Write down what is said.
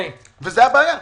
וזו הבעיה.